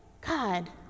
God